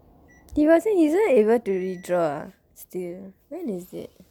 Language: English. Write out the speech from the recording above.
he wasn't isn't able to withdraw ah still when is it